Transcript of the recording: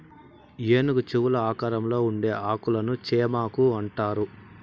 ఏనుగు చెవుల ఆకారంలో ఉండే ఆకులను చేమాకు అంటారు